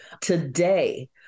today